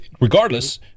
Regardless